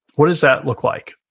what does that look like.